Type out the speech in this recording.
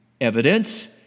evidence